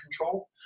control